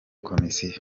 komisiyo